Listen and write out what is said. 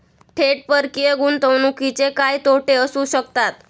थेट परकीय गुंतवणुकीचे काय तोटे असू शकतात?